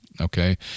Okay